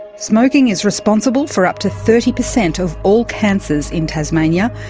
smoking is responsible for up to thirty percent of all cancers in tasmania,